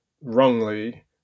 wrongly